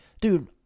dude